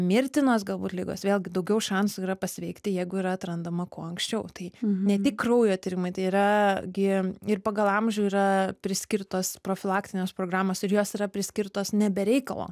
mirtinos galbūt ligos vėlgi daugiau šansų yra pasveikti jeigu yra atrandama kuo anksčiau tai ne tik kraujo tyrimai tai yra gi ir pagal amžių yra priskirtos profilaktinės programos jos yra priskirtos ne be reikalo